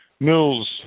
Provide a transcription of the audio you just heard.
Mills